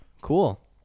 Cool